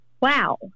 Wow